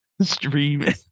streaming